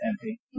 empty